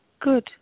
Good